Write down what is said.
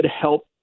help